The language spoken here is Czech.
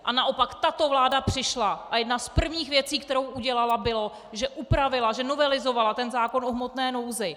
A naopak tato vláda přišla a jednu z prvních věcí, kterou udělala, bylo, že upravila, že novelizovala zákon o hmotné nouzi.